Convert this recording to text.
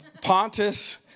Pontus